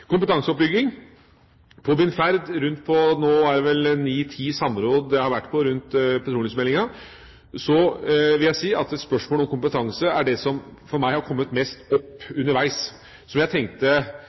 Kompetanseoppbygging: På min ferd rundt – nå er det vel en ni–ti samråd jeg har vært på rundt petroleumsmeldinga – vil jeg si at spørsmål om kompetanse er det som for meg har kommet mest opp